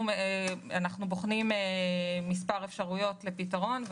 אנחנו בוחנים מספר אפשרויות לפתרון.